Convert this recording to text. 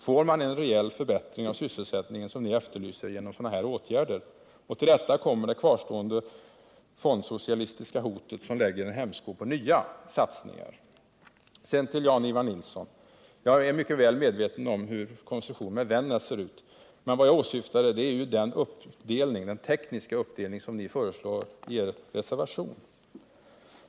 Får man en reell förbättring av sysselsättningen, som ni efterlyser, genom sådana här åtgärder? Till detta kommer det kvarstående fondsocialistiska hotet, som lägger en hämsko på nya satsningar. Sedan till Jan-Ivan Nilsson: Jag är mycket väl medveten om hur konstruktionen med Vännäs ser ut, men vad jag åsyftade var den tekniska uppdelning som ni föreslår i er reservation.